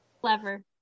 Clever